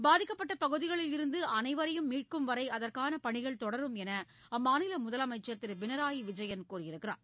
பாதிக்கப்பட்டபகுதிகளிலிருந்துஅனைவரையும் மீட்கும் வரைஅதற்கானபணிகள் தொடரும் என்றுஅம்மாநிலமுதலமைச்சர் திருபினராயிவிஜயன் கூறியுள்ளார்